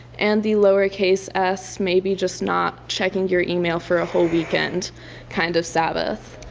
and the lower case s maybe just not checking your email for a whole weekend kind of sabbath.